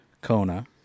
Kona